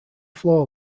floor